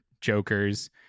Jokers